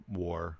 war